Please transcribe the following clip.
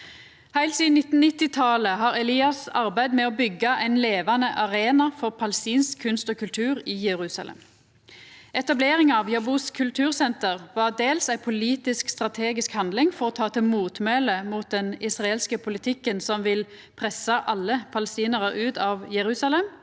Heilt sidan 1990-talet har Elias arbeidd med å byggja ein levande arena for palestinsk kunst og kultur i Jerusalem. Etableringa av Yabous kultursenter var dels ei politisk, strategisk handling for å ta til motmæle mot den israelske politikken som vil pressa alle palestinarar ut av Jerusalem,